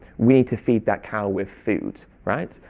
we need to feed that cow with food, right?